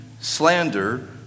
slander